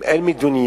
אם אין מדיניות,